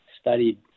studied